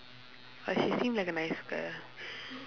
but she seem like a nice girl